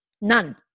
none